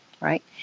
right